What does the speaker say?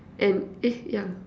and eh ya